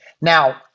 Now